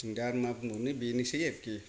जोंदा मा बुंबावनो बेनोसै आरोखि